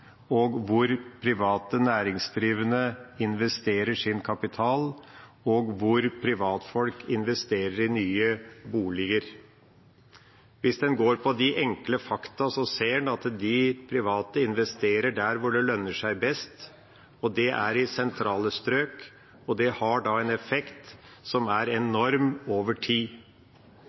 på hvor befolkningsveksten skjer, hvor private næringsdrivende investerer sin kapital, og hvor privatfolk investerer i nye boliger. Hvis en ser på de enkle fakta, ser en at de private investerer der hvor det lønner seg best, og det er i sentrale strøk. Det har en effekt som er enorm over tid.